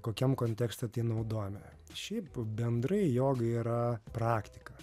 kokiam kontekste tai naudojame šiaip bendrai joga yra praktika